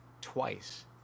twice